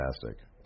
fantastic